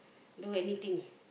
do anything